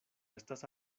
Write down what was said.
estas